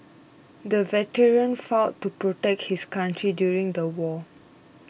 the veteran fought to protect his country during the war